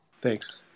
thanks